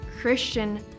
Christian